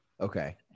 Okay